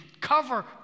cover